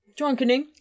drunkening